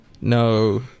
No